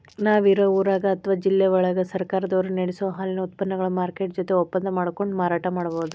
ನಾವ್ ಇರೋ ಊರಾಗ ಅತ್ವಾ ಜಿಲ್ಲೆವಳಗ ಸರ್ಕಾರದವರು ನಡಸೋ ಹಾಲಿನ ಉತ್ಪನಗಳ ಮಾರ್ಕೆಟ್ ಜೊತೆ ಒಪ್ಪಂದಾ ಮಾಡ್ಕೊಂಡು ಮಾರಾಟ ಮಾಡ್ಬಹುದು